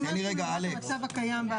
זה לא אותו דבר.